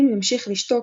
אם נמשיך לשתוק,